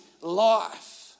life